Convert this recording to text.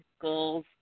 goals